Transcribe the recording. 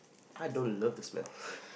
I don't love the smell